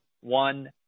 one